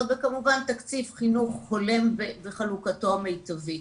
וכמובן תקציב חינוך הולם וחלוקתו המיטבית.